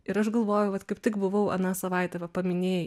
ir aš galvoju vat kaip tik buvau aną savaitę va paminėjai